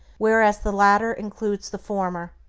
whereas the latter includes the former.